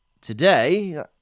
Today